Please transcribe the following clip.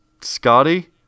Scotty